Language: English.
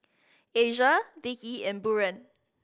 Asia Vikki and Buren